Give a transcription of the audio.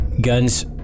guns